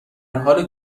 حال